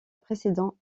précédent